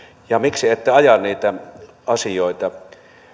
ja miksi ette aja niitä asioita